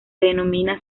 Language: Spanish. denomina